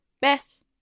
Beth